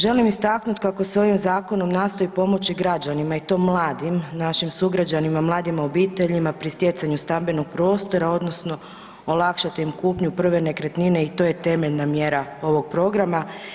Želim istaknuti kako se ovim Zakonom nastoji pomoći građanima i to mladim našim sugrađanima, mladim obiteljima pri stjecanju stambenog prostora odnosno olakšati im kupnju prve nekretnine i to je temeljna mjera ovog programa.